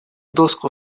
доску